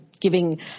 giving